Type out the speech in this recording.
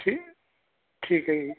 ਠੀ ਠੀਕ ਹੈ ਜੀ